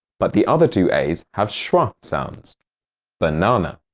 but the other two a's have schwa sounds banana.